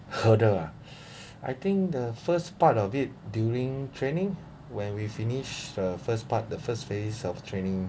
hurdle ah I think the first part of it during training when we finish the first part the first phase of training